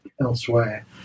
elsewhere